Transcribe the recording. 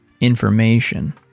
information